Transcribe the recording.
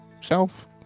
self